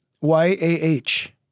Y-A-H